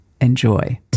Enjoy